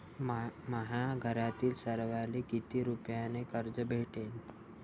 माह्या घरातील सर्वाले किती रुप्यान कर्ज भेटन?